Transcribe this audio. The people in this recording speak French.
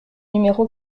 numéro